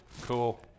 cool